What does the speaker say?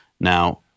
Now